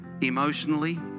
emotionally